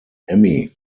emmy